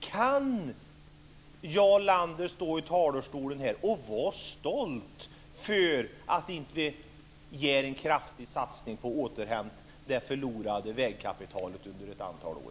Kan Jarl Lander stå i talarstolen och vara stolt över att vi inte gör en kraftig satsning på att återhämta det förlorade vägkapitalet under ett antal år?